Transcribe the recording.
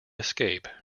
escape